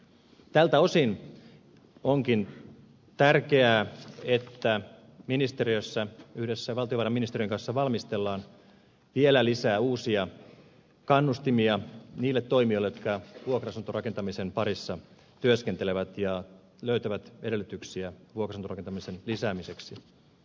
tältä osin onkin tärkeää että ministeriössä yhdessä valtiovarainministeriön kanssa valmistellaan vielä lisää uusia kannustimia niille toimijoille jotka vuokra asuntorakentamisen parissa työskentelevät ja löytävät edellytyksiä vuokra asuntorakentamisen lisäämiseksi